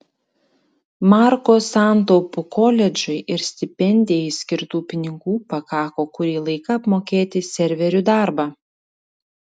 marko santaupų koledžui ir stipendijai skirtų pinigų pakako kurį laiką apmokėti serverių darbą